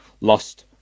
lost